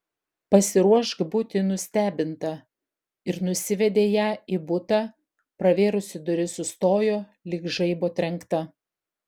pasiruošk būti nustebinta ir nusivedė ją į butą pravėrusi duris sustojo lyg žaibo trenkta